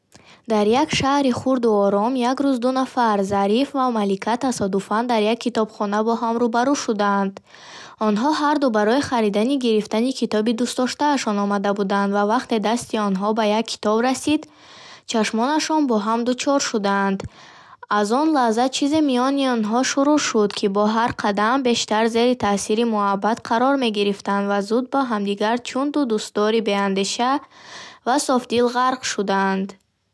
Дар як шаҳри хурду ором, як рӯз ду нафар, Зариф ва Малика тасодуфан дар як китобхона бо ҳам рӯбарӯ шуданд. Онҳо ҳарду барои харидани гирифтани китоби дӯстдоштаашон омада буданд ва вақте дасти онҳо ба як китоб расид, чашмонашон бо ҳам дучор шуданд. Аз он лаҳза чизе миёни онҳо шурӯъ шуд, ки бо ҳар қадам бештар зери таъсири муҳаббат қарор мегирифтанд ва зуд ба ҳамдигар чун ду дӯстдории беандеша ва софдил ғарқ шуданд.